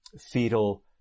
fetal